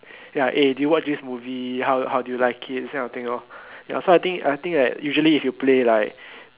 ya eh do you watch this movie how how do you like it this kind of thing you know so I think I think that usually if you play like